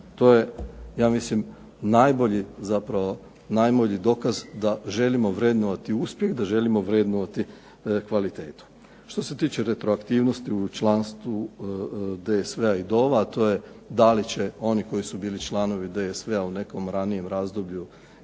To je ja mislim najbolji zapravo najbolji dokaz da želimo vrednovati uspjeh, da želimo vrednovati kvalitetu. Što se tiče retroaktivnosti u članstvu DSV-a i DOV-a to je da li će oni koji će oni koji su bili članovi DSV-a u nekom ranijem razdoblju